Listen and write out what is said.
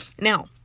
Now